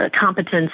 competence